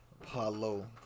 Apollo